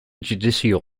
judicial